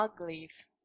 Leaf